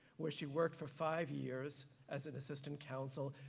where she worked for five years as an assistant counsel,